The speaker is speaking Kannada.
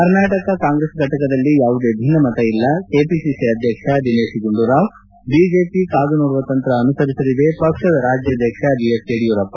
ಕರ್ನಾಟಕ ಕಾಂಗ್ರೆಸ್ ಫಟಕದಲ್ಲಿ ಯಾವುದೇ ಭಿನ್ನಮತ ಇಲ್ಲ ಕೆಪಿಸಿ ಅಧ್ಯಕ್ಷ ದಿನೇತ್ ಗುಂಡೂರಾವ್ ಬಿಜೆಪಿ ಕಾದು ನೋಡುವ ತಂತ್ರ ಅನುಸರಿಸಲಿದೆ ಪಕ್ಷದ ರಾಜ್ಲಾಧ್ಯಕ್ಷ ಬಿ ಎಸ್ ಯಡಿಯೂರಪ್ಪ